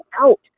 out